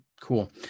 cool